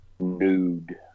nude